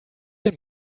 den